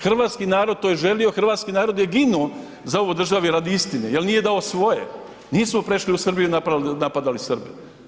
Hrvatski narod to je želio, hrvatski narod je ginuo za ovu državu radi istine jer nije dao svoje, nismo prešli u Srbiju i napadali Srbe.